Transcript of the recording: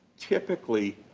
typically,